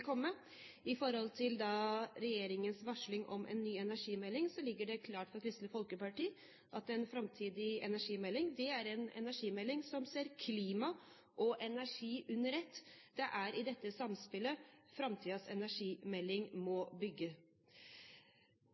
komme. Når det gjelder regjeringens varsling om en ny energimelding, er det klart for Kristelig Folkeparti at en framtidig energimelding er en energimelding som ser klima og energi under ett. Det er dette samspillet framtidens energimelding må bygge